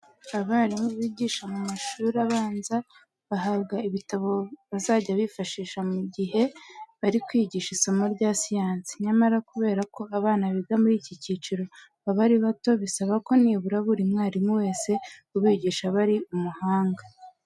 Abarimu bigisha mu mashuri abanza bahabwa ibitabo bazajya bifashisha mu gihe bari kwigisha isomo rya siyansi. Nyamara kubera ko abana biga muri iki cyiciro baba ari bato, bisaba ko nibura buri mwarimu wese ubigisha aba ari umuhanga.